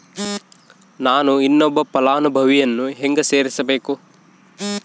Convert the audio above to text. ನಾನು ಇನ್ನೊಬ್ಬ ಫಲಾನುಭವಿಯನ್ನು ಹೆಂಗ ಸೇರಿಸಬೇಕು?